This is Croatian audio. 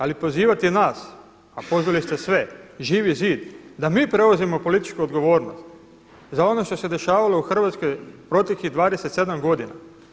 Ali pozivati nas, a pozvali ste sve Živi zid da mi preuzmemo političku odgovornost za ono što se dešavalo u Hrvatskoj proteklih 27 godina.